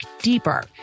deeper